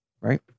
Right